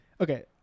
Okay